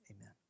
amen